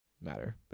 matter